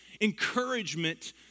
encouragement